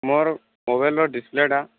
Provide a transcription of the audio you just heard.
ମୋର ମୋବାଇଲ ର ଡିସପ୍ଲେ ଟା